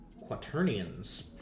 quaternions